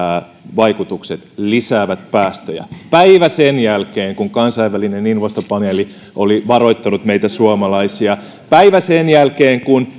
vaikutukset lisäävät päästöjä päivä sen jälkeen kun kansainvälinen ilmastopaneeli oli varoittanut meitä suomalaisia päivä sen jälkeen kun